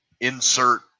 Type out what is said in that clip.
insert